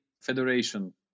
Federation